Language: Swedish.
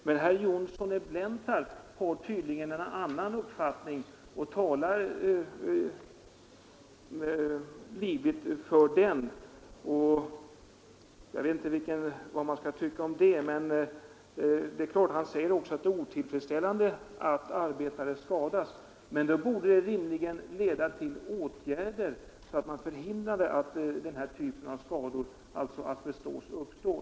Men herr Johnsson har tydligen en annan uppfattning och talar ivrigt för den. Han säger också att det är otillfredsställande att arbetare skadas. Den uppfattningen borde då rimligen leda till åtgärder som förhindrar att den typen av skador uppstår.